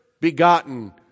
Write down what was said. begotten